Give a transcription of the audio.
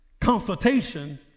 consultation